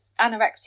anorexia